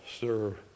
serve